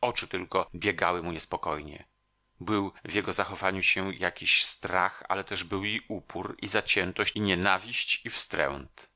oczy tylko biegały mu niespokojnie był w jego zachowaniu się jakiś strach ale też był i upór i zaciętość i nienawiść i wstręt